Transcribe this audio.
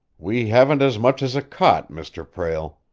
we haven't as much as a cot, mr. prale.